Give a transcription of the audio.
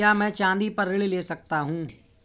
क्या मैं चाँदी पर ऋण ले सकता हूँ?